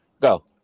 Go